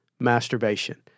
masturbation